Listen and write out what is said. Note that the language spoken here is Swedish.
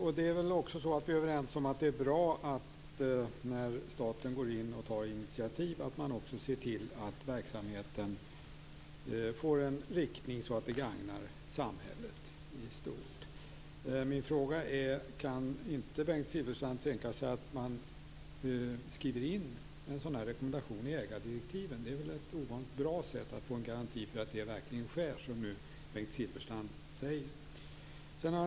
Vi är också överens om att det är bra att staten när man går in och tar initiativ också ser till att verksamheten får en sådan riktning att den gagnar samhället i stort. Min första fråga är: Kan inte Bengt Silfverstrand tänka sig att man skriver in en sådan rekommendation i ägardirektiven? Det är väl ett ovanligt bra sätt att få garanti för att det verkligen sker som nu Bengt Silfverstrand säger.